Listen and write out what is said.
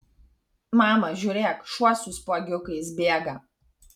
mama žiūrėk šuo su spuogiukais bėga